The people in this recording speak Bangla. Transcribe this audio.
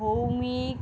ভৌমিক